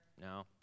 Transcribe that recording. No